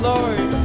Lord